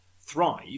thrive